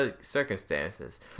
circumstances